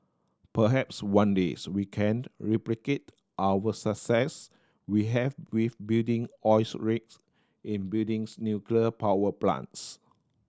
perhaps one days we can't replicate our success we have with building oils rigs in buildings nuclear power plants